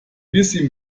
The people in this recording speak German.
bisschen